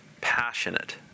passionate